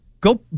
go